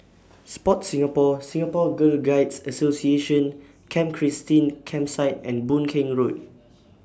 Sport Singapore Singapore Girl Guides Association Camp Christine Campsite and Boon Keng Road